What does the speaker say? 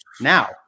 now